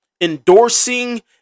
endorsing